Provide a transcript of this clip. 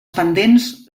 pendents